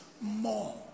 more